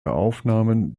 aufnahmen